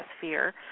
fear